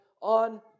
on